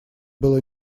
было